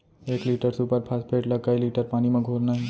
एक litre super phosphate ला कए लीटर पानी मा घोरना हे?